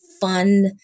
fun